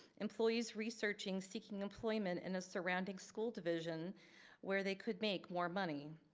employees researching seeking employment in a surrounding school division where they could make more money.